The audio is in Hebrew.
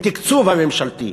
מהתקצוב הממשלתי,